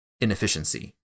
inefficiency